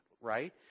Right